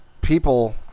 People